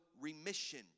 remission